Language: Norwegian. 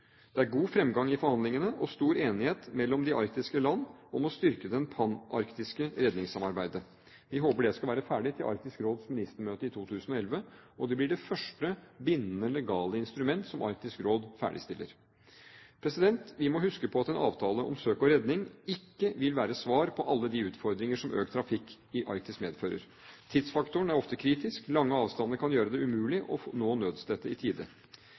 Det er god fremgang i forhandlingene og stor enighet mellom de arktiske land om å styrke det panarktiske redningssamarbeidet. Vi håper det skal være ferdig til Arktisk Råds ministermøte i 2011. Det blir det første bindende legale instrument som Arktisk Råd ferdigstiller. Vi må huske på at en avtale om søk og redning ikke vil være et svar på alle de utfordringer som økt trafikk i Arktis medfører. Tidsfaktoren er ofte kritisk. Lange avstander kan gjøre det umulig å nå nødstedte i tide.